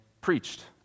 preached